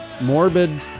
morbid